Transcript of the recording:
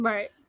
Right